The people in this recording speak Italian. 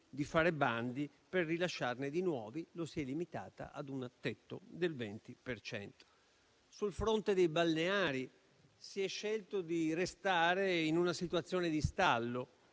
di fare bandi per rilasciarne di nuove a un tetto del 20 per cento. Sul fronte dei balneari si è scelto di restare in una situazione di stallo,